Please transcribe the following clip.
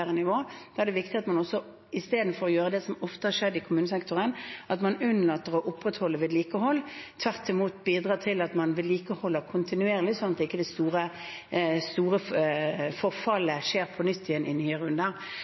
nivå. Da er det viktig at man istedenfor å gjøre det som ofte har skjedd i kommunesektoren, at man unnlater å opprettholde vedlikehold, tvert imot også bidrar til at man vedlikeholder kontinuerlig, sånn at ikke det store forfallet skjer på nytt i nye runder.